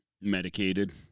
Medicated